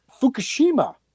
Fukushima